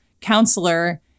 counselor